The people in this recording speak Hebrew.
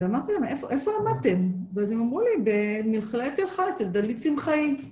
‫ואמרתי להם, איפה עמדתם? ‫ואז הם אמרו לי, בתל חי אצל דלית צמחאי.